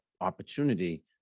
opportunity